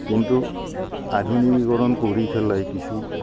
কিন্তু আধুনিকীকৰণ কৰি পেলাই কিছু